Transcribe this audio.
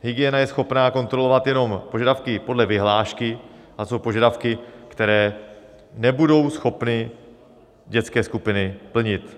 Hygiena je schopna kontrolovat jenom požadavky podle vyhlášky a co požadavky, které nebudou schopny dětské skupiny plnit?